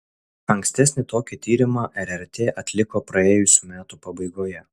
ankstesnį tokį tyrimą rrt atliko praėjusių metų pabaigoje